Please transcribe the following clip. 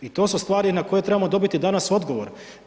I to su stvari na koje trebamo dobiti danas odgovor.